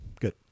good